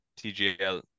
TGL